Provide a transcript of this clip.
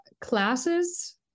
classes